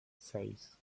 seis